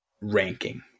ranking